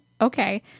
okay